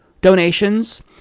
donations